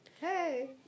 Hey